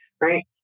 Right